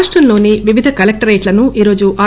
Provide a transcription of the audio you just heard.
రాష్టంలోని వివిధ కలెక్టరేట్లను ఈరోజు ఆర్